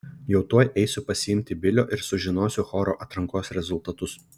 jau tuoj eisiu pasiimti bilio ir sužinosiu choro atrankos rezultatus